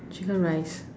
chicken rice